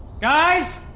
Guys